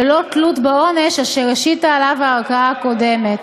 בלא תלות בעונש אשר השיתה עליו הערכאה הקודמת.